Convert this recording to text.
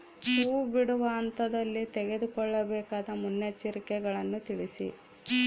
ಹೂ ಬಿಡುವ ಹಂತದಲ್ಲಿ ತೆಗೆದುಕೊಳ್ಳಬೇಕಾದ ಮುನ್ನೆಚ್ಚರಿಕೆಗಳನ್ನು ತಿಳಿಸಿ?